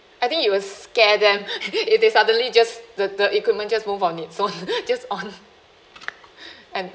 I think it will s~ scare them if they suddenly just the the equipment just move on it's own just on and